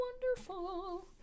Wonderful